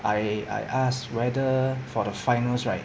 I I asked whether for the finals right